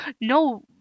no